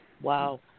Wow